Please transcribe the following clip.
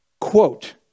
Quote